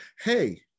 hey